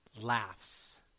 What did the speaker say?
laughs